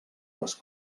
les